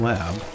Lab